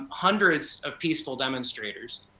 hundreds of peaceful demonstrators.